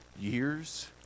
years